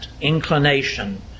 inclination